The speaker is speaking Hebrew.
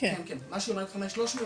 מה שהיא אומרת 5,300